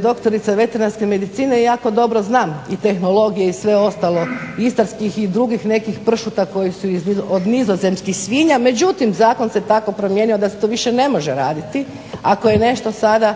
doktorica veterinarske medicine i jako dobro znam i tehnologije i sve ostalo istarskih i drugih nekih pršuta koji su od nizozemskih svinja. Međutim, zakon se tako promijenio da se to više ne može raditi. Ako je nešto sada